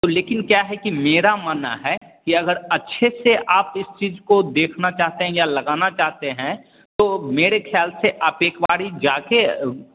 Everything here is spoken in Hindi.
तो लेकिन क्या है कि मेरा मानना है कि अगर अच्छे से आप इस चीज को देखना चाहते हें या लगाना चाहते हैं तो मेरे ख्याल से आप एक बारी जा कर